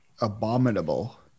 abominable